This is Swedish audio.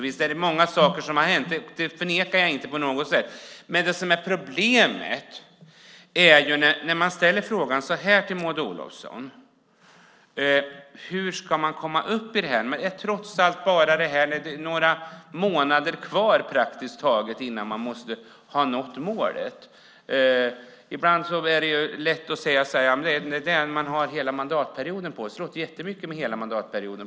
Visst är det många saker som har hänt, det förnekar jag inte på något sätt. Men hur ska man komma upp i det här? Det är praktiskt taget bara några månader kvar innan man måste ha nått målen. Ibland är det lätt att säga att man har hela mandatperioden på sig. Det låter jättemycket med en hel mandatperiod.